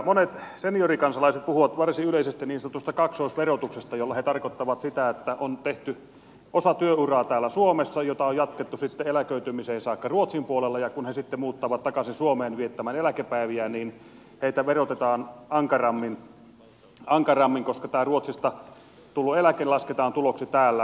monet seniorikansalaiset puhuvat varsin yleisesti niin sanotusta kaksoisverotuksesta jolla he tarkoittavat sitä että on tehty osa työuraa täällä suomessa jota on jatkettu sitten eläköitymiseen saakka ruotsin puolella ja kun he sitten muuttavat takaisin suomeen viettämään eläkepäiviään niin heitä verotetaan ankarammin koska ruotsista tullut eläke lasketaan tuloksi täällä